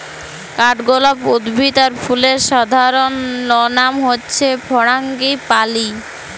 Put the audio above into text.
কাঠগলাপ উদ্ভিদ আর ফুলের সাধারণলনাম হচ্যে ফারাঙ্গিপালি